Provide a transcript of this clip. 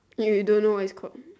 then you don't know what it's called